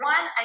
One